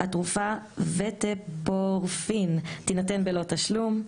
(2)התרופה VETEPORFIN תינתן בלא תשלום,